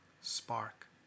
spark